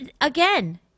again